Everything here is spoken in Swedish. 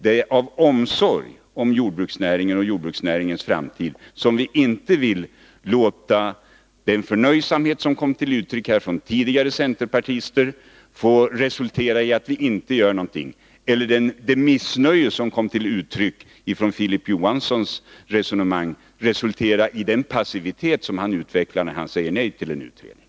Det är av omsorg om jordbruksnäringens framtid som vi inte vill låta den förnöjsamhet som här kommit till uttryck i anföranden av tidigare centerpartistiska talare få resultera i att ingenting görs eller låta det missnöje som kom till uttryck i Filip Johanssons resonemang få resultera i den passivitet som han utvecklar när han säger nej till en utredning.